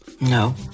No